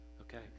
okay